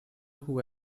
who